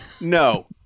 No